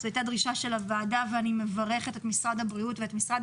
זו הייתה דרישה של הוועדה ואני מברכת את משרד החינוך